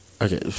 Okay